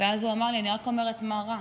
ואז הוא אמר לי שאני אומרת רק מה רע.